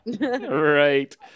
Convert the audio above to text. Right